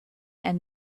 and